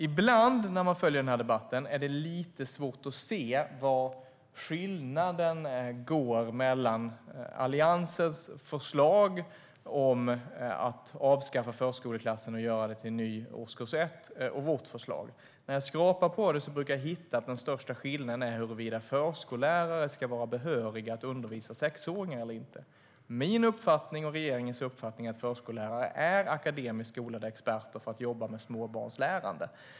Ibland när man följer debatten är det lite svårt att se vad skillnaden är mellan Alliansens förslag att avskaffa förskoleklassen och göra den till en ny årskurs 1 och vårt förslag. Men när jag skrapar på det brukar jag hitta att den största skillnaden är huruvida förskollärare ska vara behöriga att undervisa sexåringar eller inte. Min och regeringens uppfattning är att förskollärare är akademiskt skolade experter för att jobba med småbarnslärande.